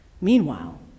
Meanwhile